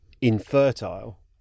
infertile